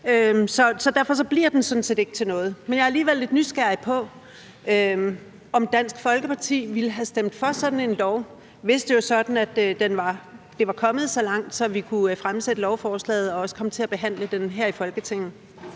så derfor bliver det sådan set ikke til noget. Men jeg er alligevel lidt nysgerrig på, om Dansk Folkeparti ville have stemt for sådan et lovforslag, hvis det var sådan, at det var kommet så langt, at vi kunne fremsætte lovforslaget og også komme til at behandle det her i Folketinget.